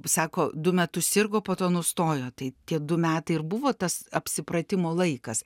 sako du metus sirgo po to nustojo tai tie du metai ir buvo tas apsipratimo laikas